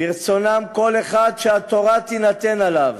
ברצונם כל אחד שהתורה תינתן עליו.